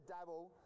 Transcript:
Dabble